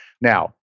Now